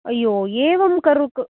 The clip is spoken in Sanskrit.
अय्यो एवं करो